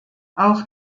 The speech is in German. auch